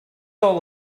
all